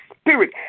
spirit